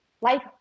life